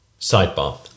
Sidebar